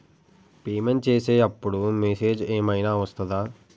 Payment చేసే అప్పుడు message ఏం ఐనా వస్తదా?